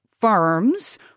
firms